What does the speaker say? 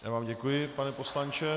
Já vám děkuji, pane poslanče.